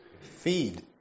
feed